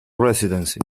residency